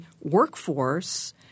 workforce –